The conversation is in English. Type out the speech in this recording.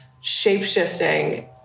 shape-shifting